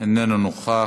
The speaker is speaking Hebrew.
איננו נוכח,